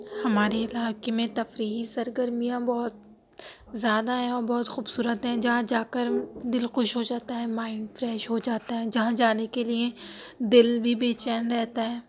ہمارے علاقے میں تفریحی سرگرمیاں بہت زیادہ ہیں اور بہت خوبصورت ہیں جہاں جا کر دِل خوش ہو جاتا ہے مائنڈ فریش ہو جاتا ہے جہاں جانے کے لیے دِل بھی بے چین رہتا ہے